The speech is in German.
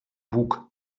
bug